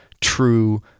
true